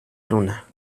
luna